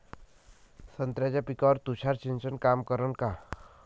संत्र्याच्या पिकावर तुषार सिंचन काम करन का?